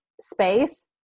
space